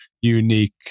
unique